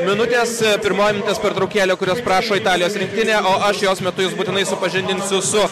minutės pirmoji minutės pertraukėlė kurios prašo italijos rinktinė o aš jos metu jus būtinai supažindinsiu su